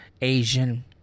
Asian